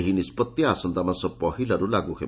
ଏହି ନିଷ୍ବଭି ଆସନ୍ତା ମାସ ପହିଲାରୁ ଲାଗୁ ହେବ